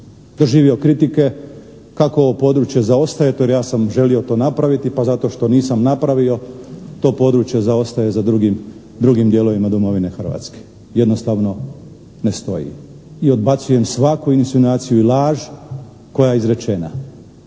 doživio kritike kako ovo područje zaostaje jer eto ja sam želio to napraviti pa zato što nisam napravio to područje zaostaje za drugim dijelovima domovine Hrvatske. Jednostavno ne stoji i odbacujem svaku insinuaciju i laž koja je izrečena